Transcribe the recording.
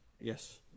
Yes